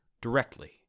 directly